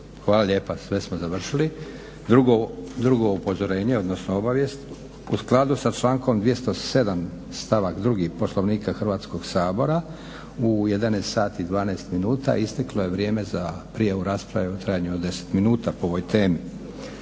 Hvala lijepa. Sve smo završili. Drugo upozorenje, odnosno obavijest. U skladu sa člankom 207. stavak 2. Poslovnika Hrvatskog sabora u 11.12 minuta isteklo je vrijeme za prijavu rasprave u trajanju od deset minuta po ovoj temi.